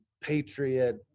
patriot